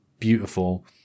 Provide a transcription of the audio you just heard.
beautiful